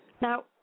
now